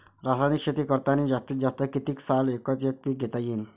रासायनिक शेती करतांनी जास्तीत जास्त कितीक साल एकच एक पीक घेता येईन?